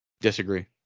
Disagree